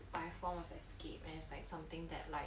it's like a form of escape and it's like something that like